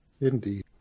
Indeed